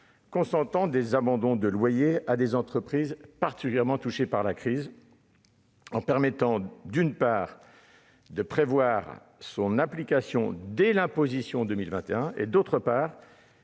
consentant des abandons de loyers à des entreprises particulièrement touchées par la crise, d'une part, en prévoyant son application dès l'imposition 2021, d'autre part,